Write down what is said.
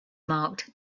marked